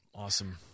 Awesome